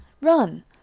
RUN